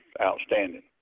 outstanding